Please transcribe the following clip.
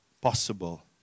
possible